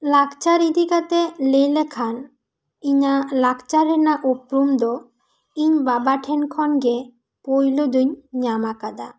ᱞᱟᱠᱪᱟᱨ ᱤᱫᱤ ᱠᱟᱛᱮ ᱞᱟᱹᱭ ᱞᱮᱠᱷᱟᱱ ᱤᱧᱟᱹᱜ ᱞᱟᱠᱪᱟᱨ ᱨᱮᱱᱟᱜ ᱩᱯᱨᱩᱢ ᱫᱚ ᱤᱧ ᱵᱟᱵᱟ ᱴᱷᱮᱱ ᱠᱷᱚᱱ ᱜᱤ ᱯᱩᱭᱞᱩ ᱫᱚᱹᱧ ᱧᱟᱢ ᱟᱠᱟᱫᱟ